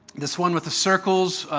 this one with the circles.